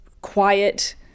quiet